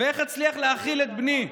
איך אצליח להאכיל את בני?